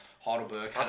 Heidelberg